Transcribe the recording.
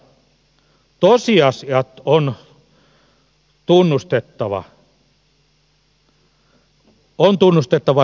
tosiasiat on tunnustettava